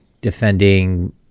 defending